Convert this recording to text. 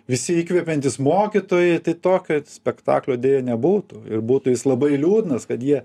visi įkvepiantys mokytojai tai tokio spektaklio deja nebūtų ir būtų jis labai liūdnas kad jie